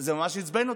וזה ממש עצבן אותי.